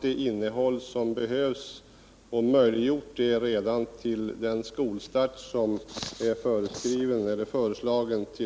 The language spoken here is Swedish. det innehåll som behövs och möjliggjort det till skolstarten 1979/80.